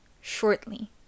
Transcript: shortly